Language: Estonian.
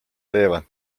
teevad